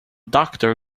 doctor